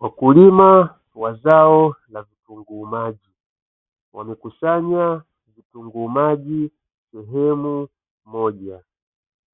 Wakulima wa zao la vitunguu maji wamekusanya vitunguu maji sehemu moja,